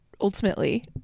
ultimately